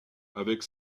avec